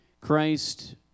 Christ